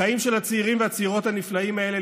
בחיים של הצעירים והצעירות הנפלאים האלה,